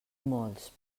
molts